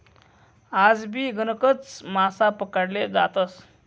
आजबी गणकच मासा पकडाले जातस